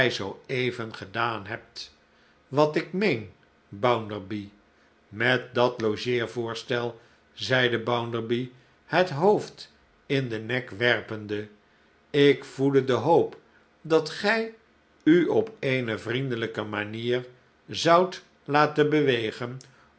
even gedaan hebt wat ik meen bounderby met dat logeer voorstel zeide bounderby het hoofd in den nek werpende ik voedde de hoop dat gij u op eene vriendelijke manier zoudt laten bewegen